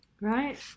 Right